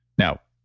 now,